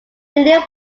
william